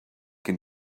can